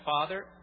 father